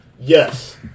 Yes